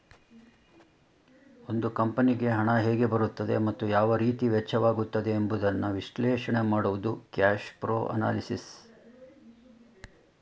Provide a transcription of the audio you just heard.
ಒಂದು ಕಂಪನಿಗೆ ಹಣ ಹೇಗೆ ಬರುತ್ತದೆ ಮತ್ತು ಯಾವ ರೀತಿ ವೆಚ್ಚವಾಗುತ್ತದೆ ಎಂಬುದನ್ನು ವಿಶ್ಲೇಷಣೆ ಮಾಡುವುದು ಕ್ಯಾಶ್ಪ್ರೋ ಅನಲಿಸಿಸ್